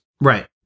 Right